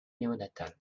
néonatale